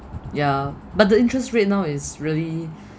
yea but the interest rate now is really